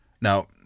Now